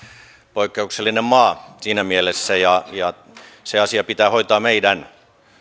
poikkeuksellinen maa siinä mielessä ja ja se asia pitää hoitaa meidän